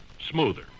smoother